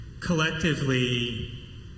collectively